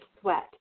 sweat